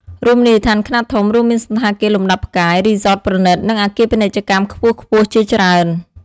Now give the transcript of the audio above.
រមណីយដ្ឋានខ្នាតធំ រួមមានសណ្ឋាគារលំដាប់ផ្កាយ រីសតប្រណីត និងអគារពាណិជ្ជកម្មខ្ពស់ៗជាច្រើន។